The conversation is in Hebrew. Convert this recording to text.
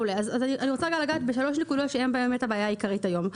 אני רוצה לגעת בשלוש נקודות שיש בהן את הבעיה העיקרית היום.